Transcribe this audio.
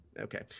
okay